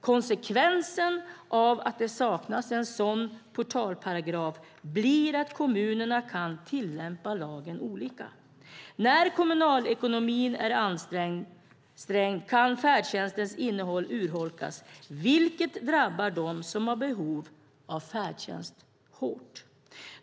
Konsekvensen av att det saknas en sådan portalparagraf blir att kommunerna kan tillämpa lagen olika. När kommunalekonomin är ansträngd kan färdtjänstens innehåll urholkas, vilket hårt drabbar dem som har behov av färdtjänst.